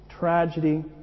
tragedy